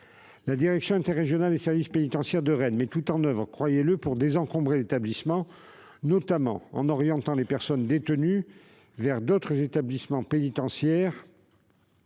La direction interrégionale des services pénitentiaires de Rennes met tout en oeuvre, croyez-le, pour désencombrer l'établissement, notamment en orientant les personnes détenues vers d'autres établissements pénitentiaires